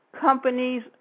companies